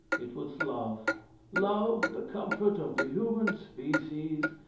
it was love love, the comfort of the human species,